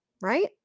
Right